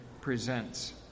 presents